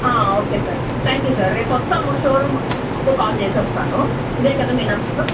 okay sir thank you sir రేపు వస్తాము షోరూమ్కి వచ్చే ముందు కాల్ చేసి వస్తాను ఇదే కదా మీ నెంబరు